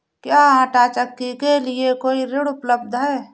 क्या आंटा चक्की के लिए कोई ऋण उपलब्ध है?